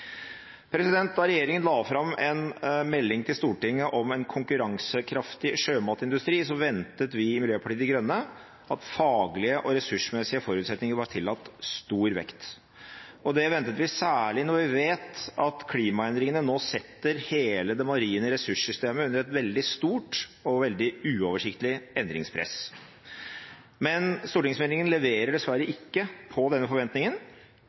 Da regjeringen la fram en melding til Stortinget om en konkurransekraftig sjømatindustri, ventet vi i Miljøpartiet De Grønne at faglige og ressursmessige forutsetninger var tillagt stor vekt. Det ventet vi særlig når vi vet at klimaendringene nå setter hele det marine ressurssystemet under et veldig stort og veldig uoversiktlig endringspress. Men stortingsmeldingen innfrir dessverre ikke denne forventningen,